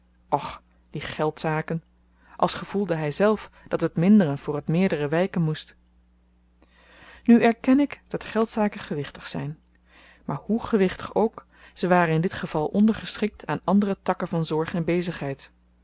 och die geldzaken als gevoelde hyzelf dat het mindere voor t meerdere wyken moest nu erken ik dat geldzaken gewichtig zyn maar hoe gewichtig ook ze waren in dit geval onderschikt aan andere takken van zorg en bezigheid